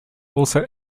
also